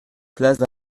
place